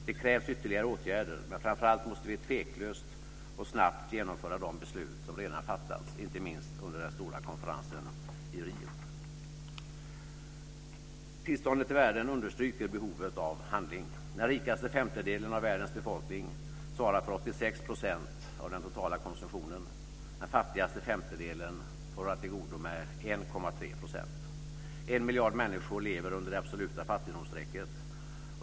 Det krävs ytterligare åtgärder, men framför allt måste vi tveklöst och snabbt genomföra de beslut som redan har fattats, inte minst under den stora konferensen i Rio. Tillståndet i världen understryker behovet av handling. Den rikaste femtedelen av världens befolkningen svarar för 86 % av den totala konsumtionen. Den fattigaste femtedelen får hålla till godo med 1,3 %. En miljard människor lever under det absoluta fattigdomsstrecket.